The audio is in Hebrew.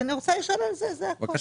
אני רוצה לשאול על כך, זה הכול.